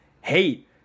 hate